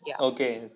Okay